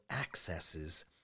accesses